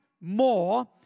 more